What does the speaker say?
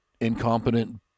incompetent